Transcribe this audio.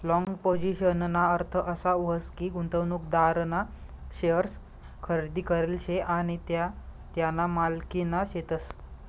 long पोझिशनना अर्थ असा व्हस की, गुंतवणूकदारना शेअर्स खरेदी करेल शे आणि त्या त्याना मालकीना शेतस